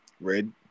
Red